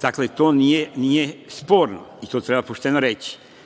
Dakle, to nije sporno i to treba pošteno reći